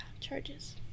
Charges